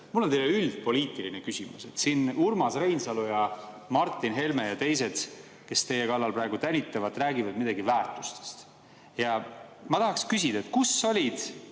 Mul on teile üldpoliitiline küsimus. Siin Urmas Reinsalu ja Martin Helme ja teised, kes teie kallal praegu tänitavad, räägivad midagi väärtustest. Ma tahaksin küsida, kus olid